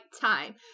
time